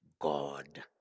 God